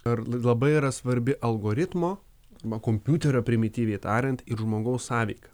ar labai yra svarbi algoritmo ma kompiuterio primityviai tariant ir žmogaus sąveika